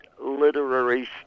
literary